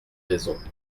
raisons